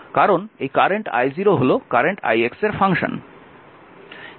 কারণ এই current i0 হল কারেন্ট ix এর ফাংশন